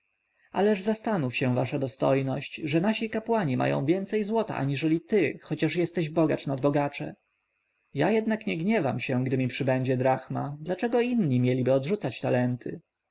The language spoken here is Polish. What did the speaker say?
ależ zastanów się wasza dostojność że nasi kapłani mają więcej złota aniżeli ty choć jesteś bogacz nad bogacze ja jednak nie gniewam się gdy mi przybędzie drachma dlaczego inni mieliby odrzucać talenty